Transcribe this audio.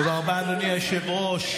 תודה רבה, אדוני היושב-ראש.